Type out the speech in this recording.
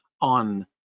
on